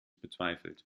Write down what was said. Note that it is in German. bezweifelt